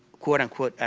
quote, unquote,